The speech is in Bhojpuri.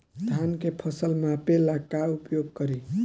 धान के फ़सल मापे ला का उपयोग करी?